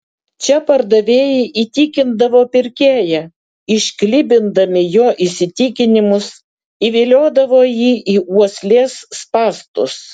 čia pardavėjai įtikindavo pirkėją išklibindami jo įsitikinimus įviliodavo jį į uoslės spąstus